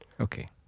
Okay